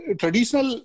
traditional